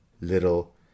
little